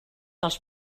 als